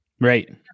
Right